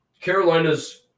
Carolina's